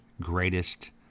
greatest